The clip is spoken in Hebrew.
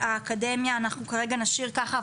האקדמיה אנחנו כרגע נשאיר ככה,